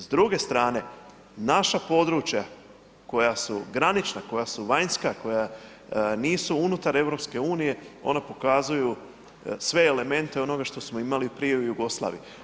S druge strane naša područja koja su granična, koja su vanjska koja nisu unutar EU ona pokazuju sve elemente onoga što smo imali prije u Jugoslaviji.